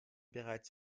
bereits